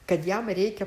kad jam reikia